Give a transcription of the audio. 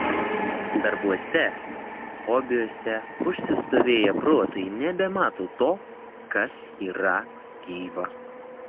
darbuose hobiuose užsistovėję protai nebemato to kas yra gyva